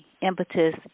impetus